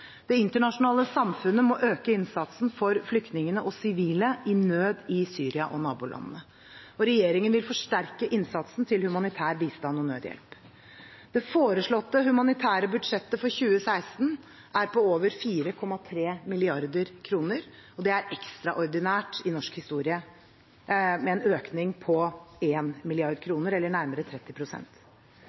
Det internasjonale samfunnet må øke innsatsen for flyktninger og sivile i nød i Syria og nabolandene. Regjeringen vil forsterke innsatsen til humanitær bistand og nødhjelp. Det foreslåtte humanitære budsjettet for 2016 på over 4,3 mrd. kr er ekstraordinært i norsk historie, med en økning på 1 mrd. kr, eller nærmere